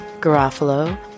Garofalo